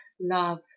love